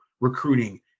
recruiting